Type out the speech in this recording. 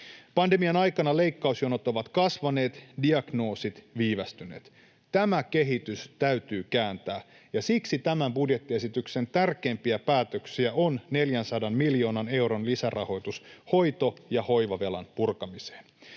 Pandemian aikana leikkausjonot ovat kasvaneet, diagnoosit viivästyneet. Tämä kehitys täytyy kääntää, ja siksi tämän budjettiesityksen tärkeimpiä päätöksiä on 400 miljoonan euron lisärahoitus hoito‑ ja hoivavelan purkamiseen.